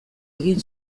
egin